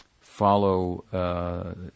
follow